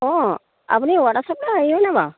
অঁ আপুনি ৱাটাৰ চাপ্পলাই হেৰি নে বাৰু